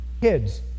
kids